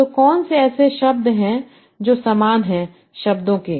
तो कौन से ऐसे शब्द हैं जो समान हैं शब्दों के